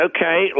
Okay